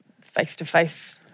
face-to-face